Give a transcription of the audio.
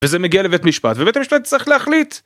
וזה מגיע לבית המשפט ובית המשפט יצטרך להחליט.